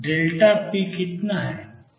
pकितना है